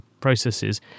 processes